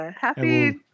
happy